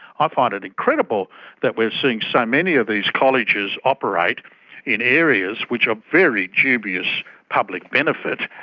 ah find it incredible that we're seeing so many of these colleges operate in areas which are very dubious public benefit.